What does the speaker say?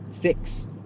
fix